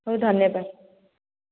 ହଉ ଧନ୍ୟବାଦ